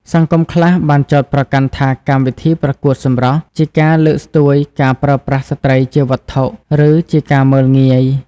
សង្គមខ្លះបានចោទប្រកាន់ថាកម្មវិធីប្រកួតសម្រស់ជាការលើកស្ទួយការប្រើប្រាស់ស្រ្តីជាវត្ថុ ឬជាការមើលងាយ។